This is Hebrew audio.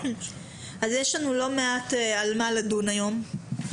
אז יש לנו לא מעט על מה לדון היום,